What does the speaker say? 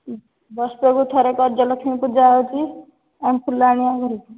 ବର୍ଷକୁ ଥରେ ଗଜଲକ୍ଷ୍ମୀ ପୂଜା ଆସୁଛି ଆମେ ଫୁଲ ଆଣିବା ଘରକୁ